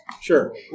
Sure